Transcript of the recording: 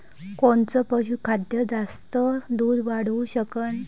कोनचं पशुखाद्य जास्त दुध वाढवू शकन?